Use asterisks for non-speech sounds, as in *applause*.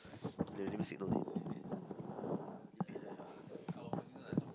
*noise* let me signal